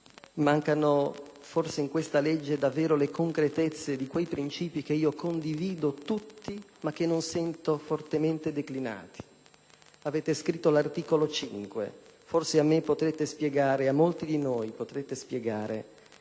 Mancano forse in questa legge davvero le concretezze di quei principi che condivido tutti, ma che non sento fortemente declinati. Avete scritto l'articolo 5. Forse a me e a molti di noi potrete spiegare